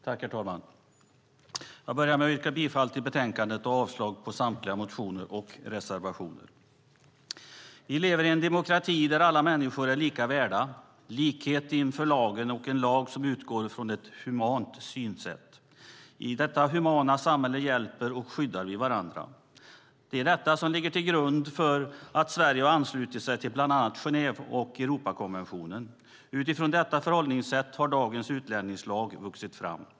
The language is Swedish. Herr talman! Jag yrkar bifall till förslaget i betänkandet och avslag på samtliga motioner och reservationer. Vi lever i en demokrati där alla människor är lika värda med likhet inför lagen - en lag som utgår från ett humant synsätt. I detta humana samhälle hjälper och skyddar vi varandra. Det är detta som ligger till grund för att Sverige har anslutit sig till bland annat Genève och Europakonventionerna. Utifrån detta förhållningssätt har dagens utlänningslag vuxit fram.